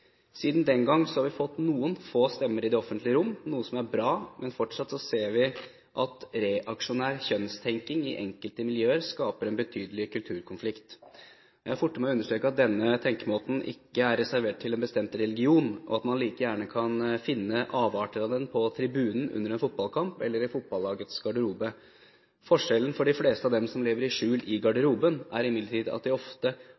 Siden den gangen har vi fått noen få stemmer i det offentlige rom. Det er bra, men fortsatt ser vi at reaksjonær kjønnstenkning i enkelte miljøer skaper en betydelig kulturkonflikt. Jeg vil forte meg å understreke at denne tenkemåten ikke er reservert en bestemt religion. Man kan like gjerne finne avarter av den på tribunen under en fotballkamp eller i fotballagets garderobe. Forskjellen for de fleste av dem som lever i skjul i garderoben, er imidlertid at de ofte